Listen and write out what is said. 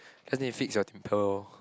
cause need fix your temper lor